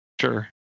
sure